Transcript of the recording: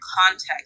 context